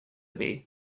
bay